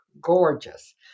gorgeous